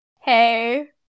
Hey